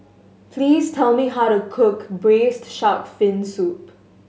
please tell me how to cook Braised Shark Fin Soup